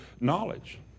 knowledge